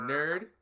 Nerd